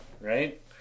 Right